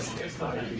started.